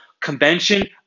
convention